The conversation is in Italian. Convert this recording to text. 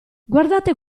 guardate